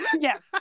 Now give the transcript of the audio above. Yes